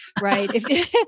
right